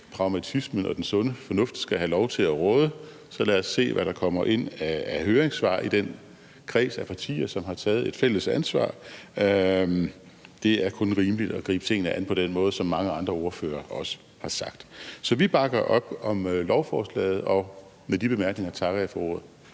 at pragmatismen og den sunde fornuft skal have lov til at råde, så lad os i den kreds af partier, som har taget et fælles ansvar, se, hvad der kommer ind af høringssvar. Det er kun rimeligt at gribe tingene an på den måde, som mange andre ordførere også har sagt. Så vi bakker op om lovforslaget, og med de bemærkninger takker jeg for ordet.